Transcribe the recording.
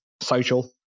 social